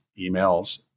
emails